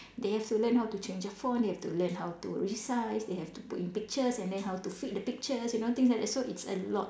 they have to learn how to change the font they have to learn how to resize they have to put in pictures and then how to fit the pictures you know things like that so it's a lot